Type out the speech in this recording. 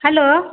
hello